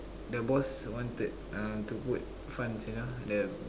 the boss wanted uh to put funds you know the